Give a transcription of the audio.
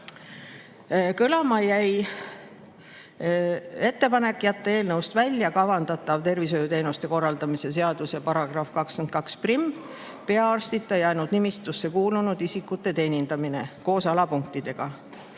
Kõlama jäi ettepanek jätta eelnõust välja kavandatav tervishoiuteenuste korraldamise seaduse § 221, "Perearstita jäänud nimistusse kuulunud isikute teenindamine", koos alapunktidega.